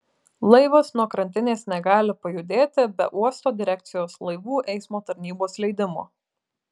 laivas nuo krantinės negali pajudėti be uosto direkcijos laivų eismo tarnybos leidimo